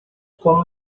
como